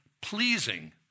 pleasing